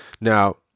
Now